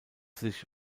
sich